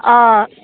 অঁ